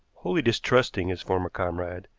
wholly distrusting his former comrade,